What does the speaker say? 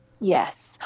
Yes